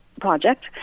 project